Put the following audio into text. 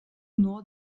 bruno